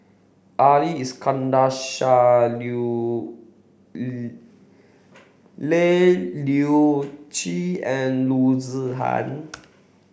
Ali Iskandar Shah Leu Yew Chye and Loo Zihan